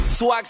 Swag